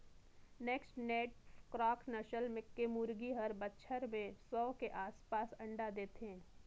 naked neck cross नसल के मुरगी हर बच्छर में सौ के आसपास अंडा देथे